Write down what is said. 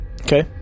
Okay